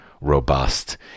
robust